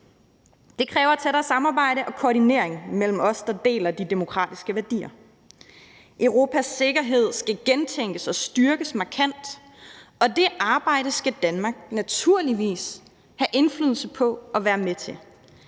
Det kræver et tættere samarbejde og koordinering mellem os, der deler de demokratiske værdier. Europas sikkerhed skal gentænkes og styrkes markant, og det arbejde skal Danmark naturligvis have indflydelse på og være med til.